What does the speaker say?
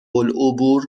العبور